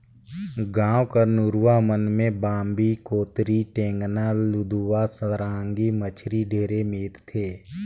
गाँव कर नरूवा मन में बांबी, कोतरी, टेंगना, लुदवा, सरांगी मछरी ढेरे मिलथे